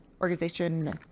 organization